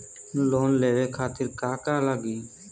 Loan लेवे खातीर का का लगी?